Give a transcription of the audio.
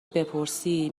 بپرسی